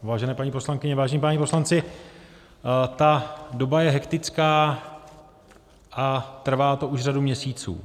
Vážené paní poslankyně, vážení páni poslanci, doba je hektická a trvá to už řadu měsíců.